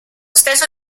stesso